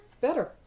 better